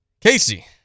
Casey